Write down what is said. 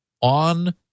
on